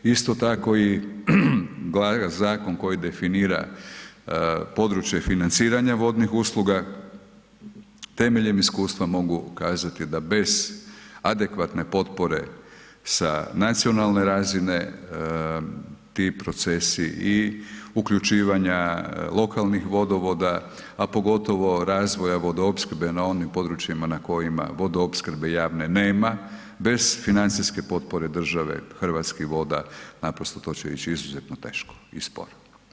Isto tako i zakon koji definira područje financiranja vodnih usluga temeljem iskustva mogu kazati da bez adekvatne potpore sa nacionalne razine ti procesi i uključivanja lokalnih vodovoda, a pogotovo razvoja vodoopskrbe na onim područjima na kojima vodoopskrbe javne nema, bez financijske potpore države, Hrvatskih voda, naprosto to će ići izuzetno teško i sporo.